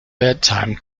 bedtime